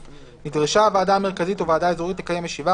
(א)נדרשה הוועדה המרכזית או ועדה אזורית לקיים ישיבה,